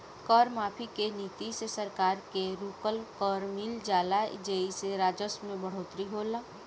कर माफी के नीति से सरकार के रुकल कर मिल जाला जेइसे राजस्व में बढ़ोतरी होला